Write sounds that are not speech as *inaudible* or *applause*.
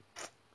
*noise*